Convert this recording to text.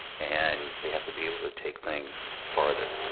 and they have to be able to take things farther.